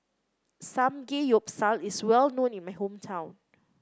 samgeyopsal is well known in my hometown